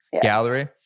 gallery